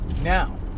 Now